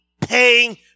paying